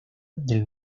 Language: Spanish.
del